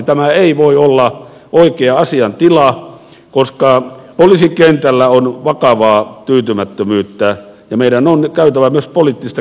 tämä ei voi olla oikea asiantila koska poliisikentällä on vakavaa tyytymättömyyttä ja meidän on käytävä myös poliittista keskustelua tästä